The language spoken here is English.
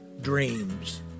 dreams